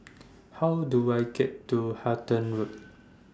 How Do I get to Halton Road